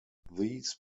these